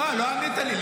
--- לא, לא ענית לי.